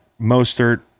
Mostert